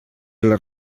les